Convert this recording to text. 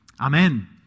Amen